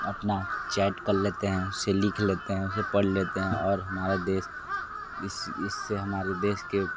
अपना चैट कर लेते हैं उसे लिख लेते हैं उसे पढ़ लेते हैं और हमारा देश इस इस से हमारे देश के